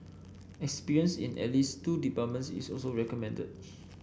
experience in at least two departments is also recommended